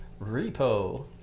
repo